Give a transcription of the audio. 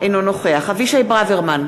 אינו נוכח אבישי ברוורמן,